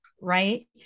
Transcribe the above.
Right